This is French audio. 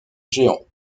géant